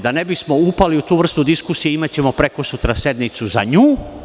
Da ne bismo upali u tu vrstu diskusije, imaćemo prekosutra sednicu za nju.